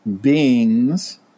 beings